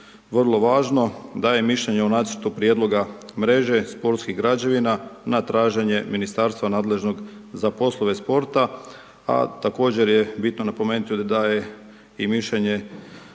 vrlo važno, daje mišljenje o nacrtu prijedlog mreže, sportskih građevina, na traženje ministarstva nadležnog za poslove sporta, a također je bitno napomenuti da je i mišljenje